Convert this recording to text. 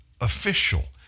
official